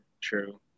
True